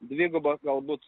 dvigubą galbūt